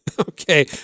Okay